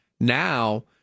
Now